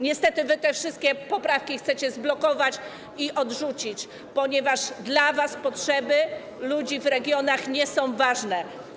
Niestety wy te wszystkie poprawki chcecie zblokować i odrzucić, ponieważ dla was potrzeby ludzi w regionach nie są ważne.